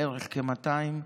בערך כ-200,